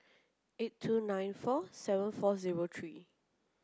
eight two nine four seven four zero three